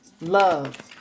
love